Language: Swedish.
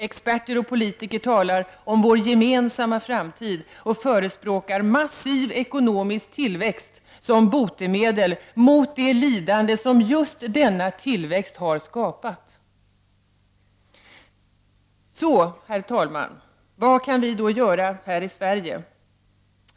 Experter och politiker talar om ”vår gemensamma framtid” och förespråkar massiv ekonomisk tillväxt som botemedel mot det lidande som just denna tillväxt har skapat! Herr talman! Vad kan vi då göra här i Sverige?